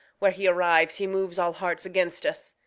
where he arrives he moves all hearts against us.